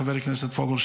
חבר הכנסת פוגל,